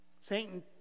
Satan